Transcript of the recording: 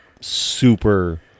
super